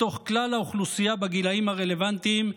מתוך כלל האוכלוסייה בגילאים הרלוונטיים,